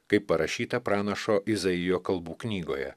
kaip parašyta pranašo izaijo kalbų knygoje